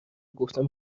گفتم